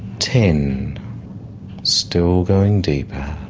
ten still going deeper,